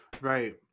right